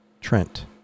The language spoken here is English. Trent